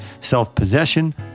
self-possession